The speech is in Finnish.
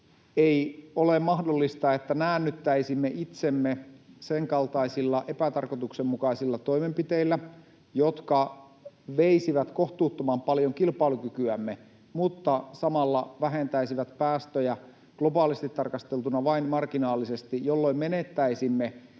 Ei ole mahdollista, että näännyttäisimme itsemme sen kaltaisilla epätarkoituksenmukaisilla toimenpiteillä, jotka veisivät kohtuuttoman paljon kilpailukykyämme mutta samalla vähentäisivät päästöjä globaalisti tarkasteltuna vain marginaalisesti, jolloin menettäisimme